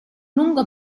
lungo